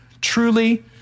truly